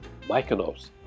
Mykonos